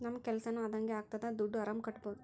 ನಮ್ ಕೆಲ್ಸನೂ ಅದಂಗೆ ಆಗ್ತದೆ ದುಡ್ಡು ಆರಾಮ್ ಕಟ್ಬೋದೂ